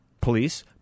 police